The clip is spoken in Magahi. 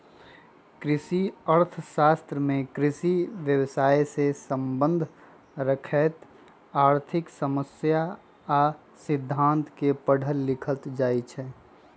कृषि अर्थ शास्त्र में कृषि व्यवसायसे सम्बन्ध रखैत आर्थिक समस्या आ सिद्धांत के पढ़ल लिखल जाइ छइ